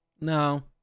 No